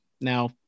Now